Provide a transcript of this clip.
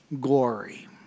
glory